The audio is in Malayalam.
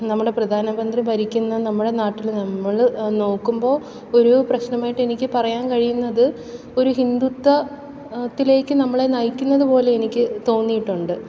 നമ്മുടെ പ്രധാനമന്ത്രി ഭരിക്കുന്ന നമ്മുടെ നാട്ടിൽ നമ്മൾ നോക്കുമ്പോൾ ഒരു പ്രശ്നമായിട്ട് എനിക്ക് പറയാൻ കഴിയുന്നത് ഒരു ഹിന്ദുത്വത്തിലേക്ക് നമ്മളെ നയിക്കുന്നത് പോലെ എനിക്ക് തോന്നിയിട്ടുണ്ട്